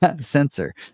sensor